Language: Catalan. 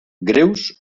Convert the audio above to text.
greus